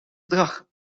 gedrag